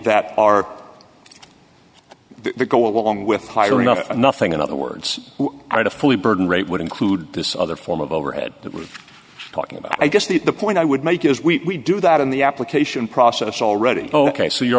that are the go along with hiring nothing in other words i had a fully burden rate would include this other form of overhead that we're talking about i guess the point i would make is we do that in the application process already ok so you're